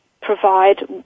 provide